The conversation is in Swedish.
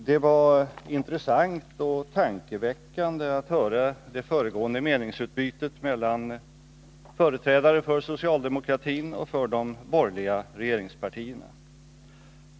Herr talman! Det var intressant och tankeväckande att höra det föregående meningsutbytet mellan företrädare för socialdemokratin och för de borgerliga regeringspartierna.